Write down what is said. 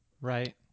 right